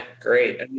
great